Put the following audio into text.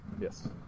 Yes